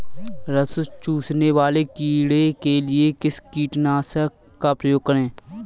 रस चूसने वाले कीड़े के लिए किस कीटनाशक का प्रयोग करें?